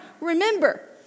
Remember